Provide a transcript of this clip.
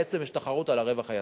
בעצם יש תחרות על הרווח היזמי.